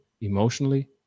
emotionally